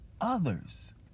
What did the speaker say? others